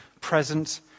present